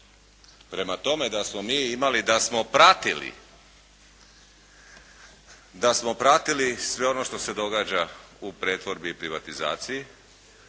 imali, da smo pratili, da smo pratili sve ono što se događa u pretvorbi i privatizaciji,